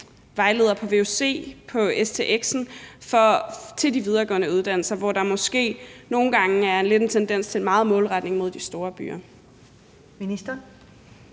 vejleder på vuc og på stx til de videregående uddannelser, hvor der måske nogle gange er en tendens til meget målretning mod de store byer.